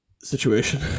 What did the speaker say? situation